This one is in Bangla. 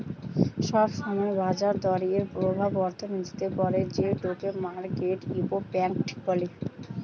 সব সময় বাজার দরের প্রভাব অর্থনীতিতে পড়ে যেটোকে মার্কেট ইমপ্যাক্ট বলে